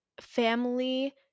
family